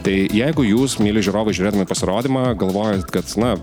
tai jeigu jūs mieli žiūrovai žiūrėdami pasirodymą galvojot kad na